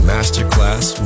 Masterclass